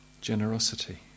generosity